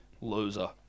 Loser